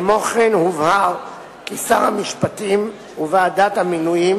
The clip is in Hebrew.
כמו כן הובהר כי שר המשפטים וועדת המינויים